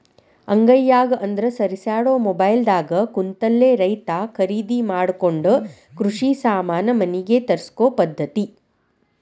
ಅಂಗೈಯಾಗ ಅಂದ್ರ ಸರಿಸ್ಯಾಡು ಮೊಬೈಲ್ ದಾಗ ಕುಂತಲೆ ರೈತಾ ಕರಿದಿ ಮಾಡಕೊಂಡ ಕೃಷಿ ಸಾಮಾನ ಮನಿಗೆ ತರ್ಸಕೊ ಪದ್ದತಿ